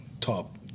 top